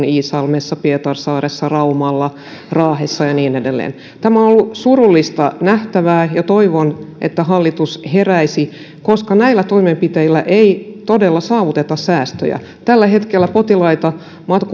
iisalmessa pietarsaaressa raumalla raahessa ja niin edelleen tämä on ollut surullista nähtävää ja toivon että hallitus heräisi koska näillä toimenpiteillä ei todella saavuteta säästöjä tällä hetkellä potilaita